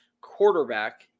quarterback